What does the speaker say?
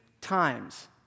times